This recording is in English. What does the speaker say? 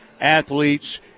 athletes